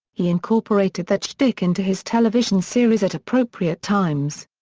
he incorporated that shtick into his television series at appropriate times.